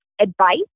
Advice